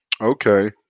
Okay